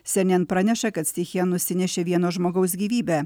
syenen praneša kad stichija nusinešė vieno žmogaus gyvybę